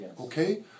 Okay